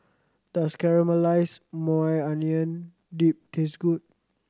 does Caramelized Maui Onion Dip taste good